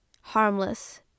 harmless